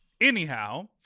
Anyhow